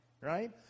right